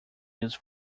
used